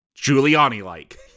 Giuliani-like